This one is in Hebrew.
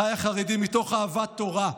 אחיי החרדים, מתוך אהבת תורה,